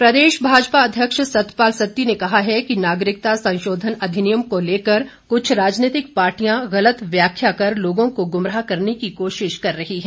सत्ती प्रदेश भाजपा अध्यक्ष सतपाल सत्ती ने कहा है कि नागरिकता संशोधन अधिनियम को लेकर कुछ राजनीतिक पार्टियां गलत व्याख्या कर लोगों को गुमराह करने की कोशिश कर रही है